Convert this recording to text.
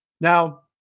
Now